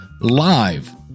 live